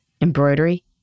embroidery